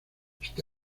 este